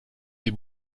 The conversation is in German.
die